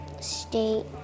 state